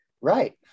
Right